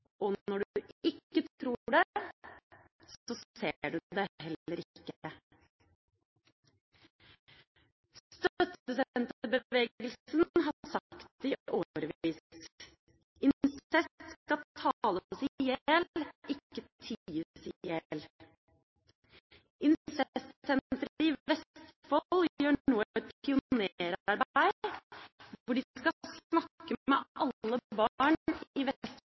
Og når du ikke tror det, så ser du det heller ikke. Støttesenterbevegelsen har sagt det i årevis: «Incest skal tales i hjel, ikke ties i hjel.» Incestsenteret i Vestfold gjør nå et pionerarbeid hvor de skal snakke med alle barn i